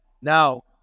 now